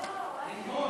לנהור,